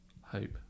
hope